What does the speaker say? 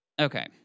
Okay